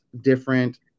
different